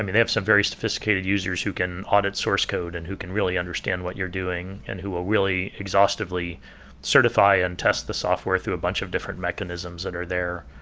they have some very sophisticated users who can audit source code and who can really understand what you're doing and who will really exhaustively certify and test the software through a bunch of different mechanisms that are there.